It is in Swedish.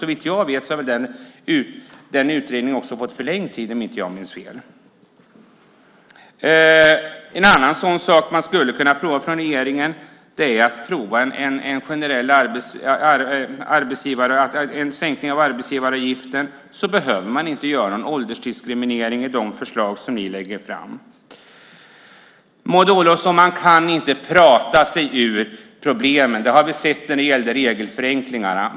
Utredningen om den har fått en förlängd tid, om jag inte minns fel. En annan sak som man skulle kunna prova från regeringen är en generell sänkning av arbetsgivaravgiften. Då behöver man inte ha en åldersdiskriminering, som i de förslag som ni lägger fram. Man kan inte prata sig ur problemen, Maud Olofsson. Det har vi sett när det gäller regelförenklingarna.